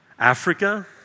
Africa